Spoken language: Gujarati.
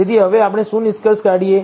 તેથી હવે આપણે શું નિષ્કર્ષ કાઢી શકીએ